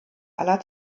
aller